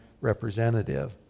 representative